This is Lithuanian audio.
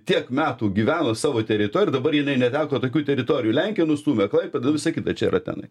tiek metų gyveno savo teritorijoj ir dabar jinai neteko tokių teritorijų lenkiją nustūmė klaipėdą visa kita čia yra tenai